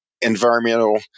environmental